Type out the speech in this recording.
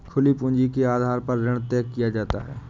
खुली पूंजी के आधार पर ऋण तय किया जाता है